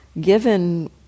given